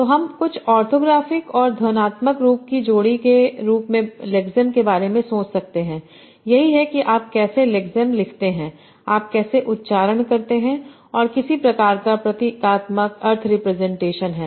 तो हम कुछ ऑर्थोग्राफ़िक और फोनोलॉजिकल रूप की जोड़ी के रूप में लेक्सेम के बारे में सोच सकते हैं यही है कि आप कैसे लेक्सेम लिखते हैं आप कैसे प्रनंसीएशन करते हैं और किसी प्रकार का प्रतीकात्मक अर्थ रिप्रजेंटेशन हैं